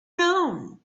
known